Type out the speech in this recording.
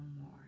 more